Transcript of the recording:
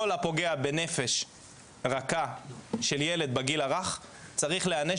כל הפוגע בנפש רכה של ילד בגיל הרך צריך להיענש